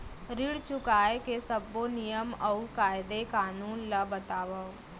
ऋण चुकाए के सब्बो नियम अऊ कायदे कानून ला बतावव